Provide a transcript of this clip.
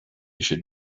should